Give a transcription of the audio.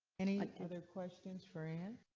any other questions for and